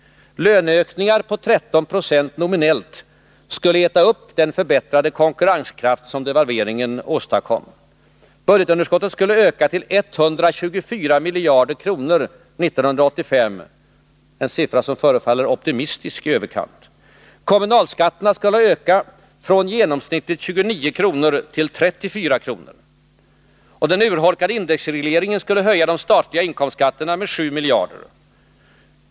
Löneökningar på 13 20 nominellt skulle äta upp den förbättrade konkurrenskraft som devalveringen åstadkommit. Budgetunderskottet skulle öka till 124 miljarder kronor 1985, en siffra som förefaller optimistisk i överkant. Kommunalskatterna skulle öka från genomsnittligt 29 kr. till 34 kr. Och den urholkade indexregleringen skulle höja de statliga inkomstskatterna med 7 miljarder.